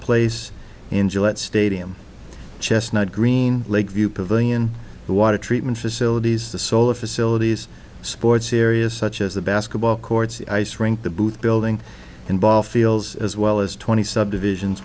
place in july at stadium chestnut green lake view pavilion water treatment facilities the solar facilities sports areas such as the basketball courts ice rink the booth building and ball fields as well as twenty subdivisions